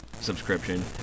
subscription